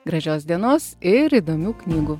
gražios dienos ir įdomių knygų